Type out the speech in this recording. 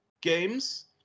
Games